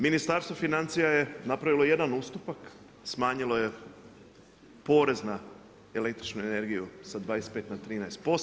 Ministarstvo financija je napravilo jedan ustupak, smanjilo je porez na električnu energiju sa 25 na 13%